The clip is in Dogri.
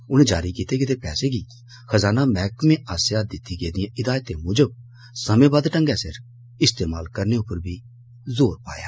उनें जारी कीते गेदे पैसे गी खजाना मैह्कमे आस्सेआ दित्ती गेदिएं हिदायतें मूजब समें बद्ध ढंगै सिर इस्तेमाल करने उप्पर बी जोर पाया